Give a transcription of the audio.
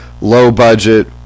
low-budget